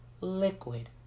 liquid